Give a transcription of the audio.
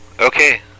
Okay